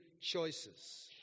choices